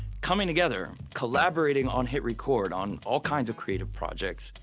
coming together, collaborating on hitrecord, on all kinds of creative projects.